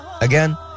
again